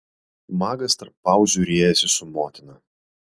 magas tarp pauzių riejasi su motina